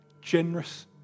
generous